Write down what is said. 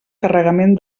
carregament